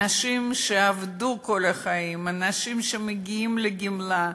אנשים שעבדו כל החיים, אנשים שמגיעים לגמלאות?